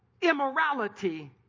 immorality